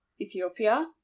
Ethiopia